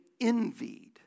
envied